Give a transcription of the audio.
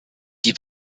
die